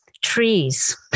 Trees